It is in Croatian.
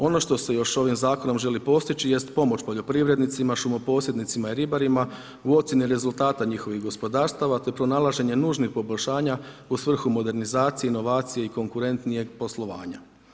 Ono što se još ovim zakonom želi postići jest pomoć poljoprivrednicima, šumoposjednicima i ribarima u ocjeni rezultata njihovih gospodarstava te pronalaženje nužnih poboljšanja u svrhu modernizacije, inovacije i konkurentnijeg poslovanja.